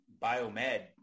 biomed